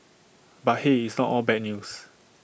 but hey it's not all bad news